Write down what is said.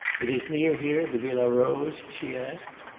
it is near here the villa rose? she asked.